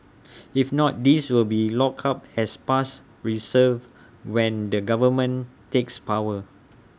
if not these will be locked up as past reserves when the government takes power